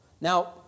Now